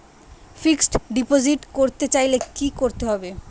Fixed deposit করতে চাইলে কি করতে হবে?